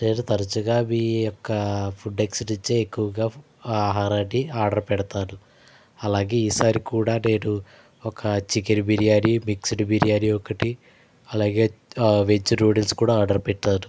నేను తరచుగా మీ యొక్క పుడ్ ఎక్స్ నుంచే ఎక్కువుగా ఆహారాన్ని ఆర్డర్ పెడతాను అలాగే ఈసారి కూడా నేను ఒక చికెన్ బిర్యానీ మిక్స్డ్ బిర్యానీ ఒకటి అలాగే వెజ్ నూడుల్స్ కూడా ఆర్డర్ పెట్టాను